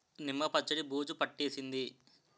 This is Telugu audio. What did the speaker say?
నిమ్మ పచ్చడి బూజు పట్టేసింది